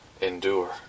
endure